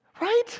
right